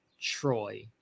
Troy